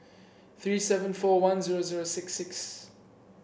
three seven four one zero zero six six